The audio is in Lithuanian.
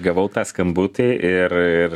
gavau tą skambutį ir ir